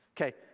Okay